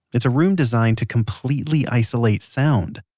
it's a room designed to completely isolate sound.